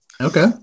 Okay